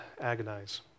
agonize